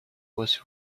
was